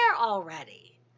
already